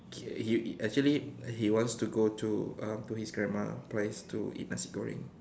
he he actually he wants to go to uh to his grandma place to eat nasi goreng